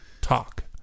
talk